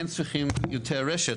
כן צריכים יותר רשת,